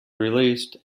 released